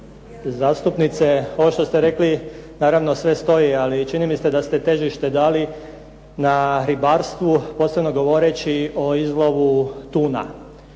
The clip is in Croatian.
zastupnice, ovo što ste rekli naravno sve stoji, ali čini mi se da ste težište dali na ribarstvu, posebno govoreći o izlovu tuna.